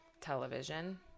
television